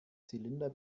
zylinder